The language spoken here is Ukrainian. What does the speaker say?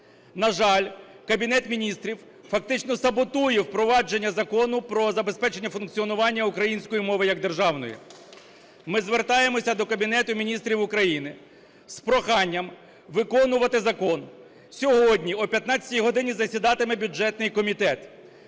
На жаль, Кабінет Міністрів фактично саботує впровадження Закону "Про забезпечення функціонування української мови як державної". Ми звертаємося до Кабінету Міністрів України з проханням виконувати закон. Сьогодні о 15 годині засідатиме бюджетний комітет.